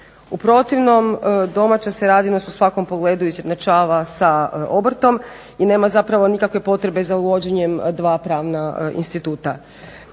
U protivnom domaća se radinost u svakom pogledu izjednačava sa obrtom i nema zapravo nikakve potrebe za uvođenjem dva pravna instituta.